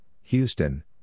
Houston